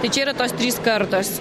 tai čia yra tos trys kartos